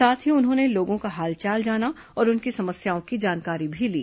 साथ ही उन्होंने लोगों का हालचाल जाना और उनकी समस्याओं की जानकारी भी ली